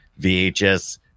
VHS